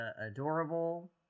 adorable